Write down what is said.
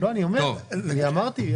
אמרתי.